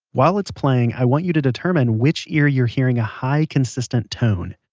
while it's playing i want you to determine which ear you're hearing a high consistent tone.